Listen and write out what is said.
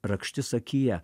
rakštis akyje